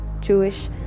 Jewish